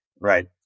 Right